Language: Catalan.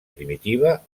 primitiva